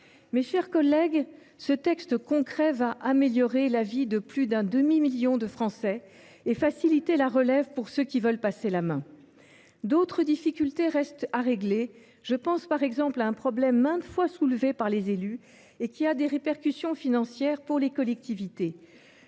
Mes chers collègues, ce texte concret améliorera la vie de plus d’un demi million de Français et facilitera la relève pour ceux qui veulent passer la main. D’autres difficultés restent à régler. Je pense à un problème maintes fois soulevé par les élus et qui a des répercussions financières pour les collectivités